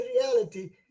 reality